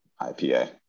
ipa